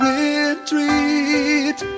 retreat